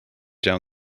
down